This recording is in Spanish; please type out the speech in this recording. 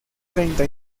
treinta